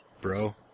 bro